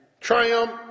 Triumph